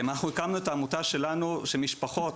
אנחנו הקמנו את העמותה שלנו, שמשפחות